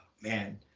man